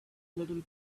little